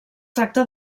tracta